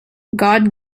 god